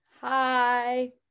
Hi